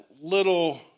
little